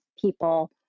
people